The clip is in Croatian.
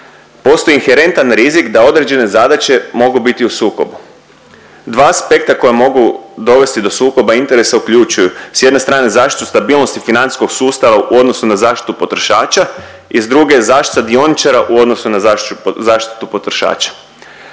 postoji inherentan rizik da određene zadaće mogu biti u sukobu. 2 aspekta koja mogu dovesti do sukoba interesa uključuju, s jedne strane zaštitu stabilnosti financijskog sustava u odnosu na zaštitu potrošača i s druge, zaštita dioničara u odnosu na zaštitu potrošača.